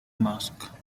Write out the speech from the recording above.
mask